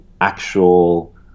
actual